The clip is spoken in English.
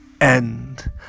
end